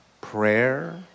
prayer